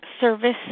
service